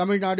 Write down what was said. Tamil Nadu